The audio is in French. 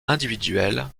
individuel